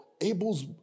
Abel's